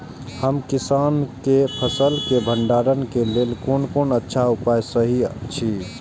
हम किसानके फसल के भंडारण के लेल कोन कोन अच्छा उपाय सहि अछि?